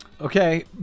Okay